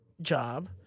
job